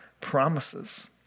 promises